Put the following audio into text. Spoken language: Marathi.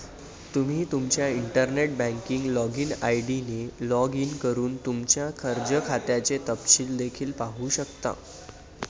तुम्ही तुमच्या इंटरनेट बँकिंग लॉगिन आय.डी ने लॉग इन करून तुमच्या कर्ज खात्याचे तपशील देखील पाहू शकता